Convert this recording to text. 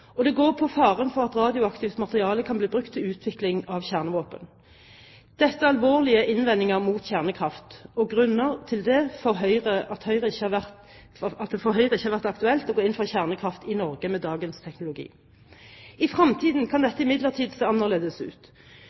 velkjente. Det går på lagring av svært farlig radioaktivt avfall i hundrevis av år fremover, faren for alvorlige ulykker som kan få store konsekvenser, og faren for at radioaktivt materiale kan bli brukt til utvikling av kjernevåpen. Dette er alvorlige innvendinger mot kjernekraft og grunnen til at det for Høyre ikke har vært aktuelt å gå inn for kjernekraft i Norge med dagens teknologi. I fremtiden kan dette